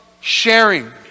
Sharing